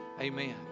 amen